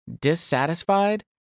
dissatisfied